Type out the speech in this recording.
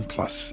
Plus